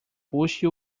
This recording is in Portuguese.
puxe